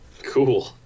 cool